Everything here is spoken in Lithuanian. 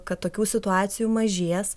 kad tokių situacijų mažės